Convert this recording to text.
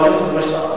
נכון.